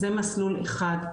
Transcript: זה מסלול אחד,